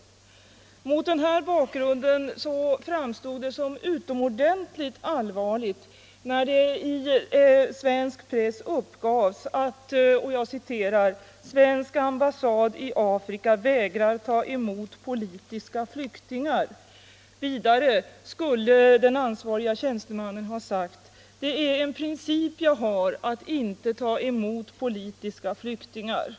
Nr 142 Mot denna bakgrund framstod det som utomordentligt allvarligt när Torsdagen den det i svensk press uppgavs: ”Svensk ambassad i Afrika vägrar ta emot 12 december 1974 politiska flyktingar”. Vidare skulle den ansvariga tjänstemannen ha sagt: LL ”Det är en princip jag har att inte ta emot politiska flyktingar.” Ang.